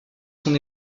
son